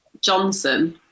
Johnson